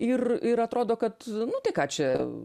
ir ir atrodo kad nu tai ką čia